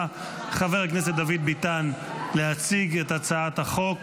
חבר הכנסת דוד ביטן להציג את הצעת החוק.